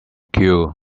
queue